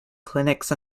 clinics